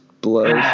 blows